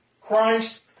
Christ